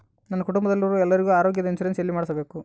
ನನ್ನ ಕುಟುಂಬದಲ್ಲಿರುವ ಎಲ್ಲರಿಗೂ ಆರೋಗ್ಯದ ಇನ್ಶೂರೆನ್ಸ್ ಎಲ್ಲಿ ಮಾಡಿಸಬೇಕು?